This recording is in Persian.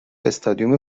استادیوم